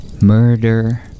murder